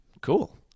Cool